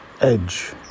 edge